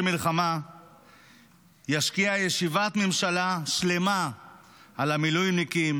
מלחמה ישקיע ישיבת ממשלה שלמה על המילואימניקים,